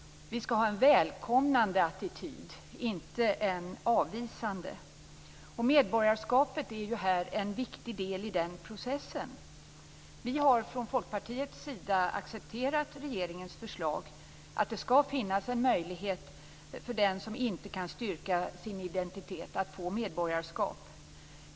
Vi skall ha en välkomnande attityd, inte en avvisande. Medborgarskapet är en viktig del i den processen. Vi i Folkpartiet har accepterat regeringens förslag att det skall finnas en möjlighet för den som inte kan styrka sin identitet att få medborgarskap.